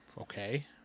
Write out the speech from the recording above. Okay